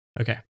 okay